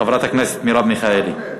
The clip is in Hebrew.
חברת הכנסת מרב מיכאלי.